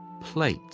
plate